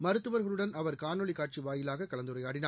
மருத்துவர்களுடன் அவர் காணொலி காட்சி வாயிலாக கலந்துரையாடினார்